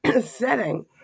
setting